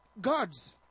God's